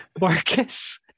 Marcus